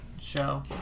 show